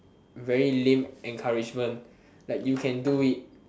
very lame encouragement like you can do it